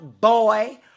boy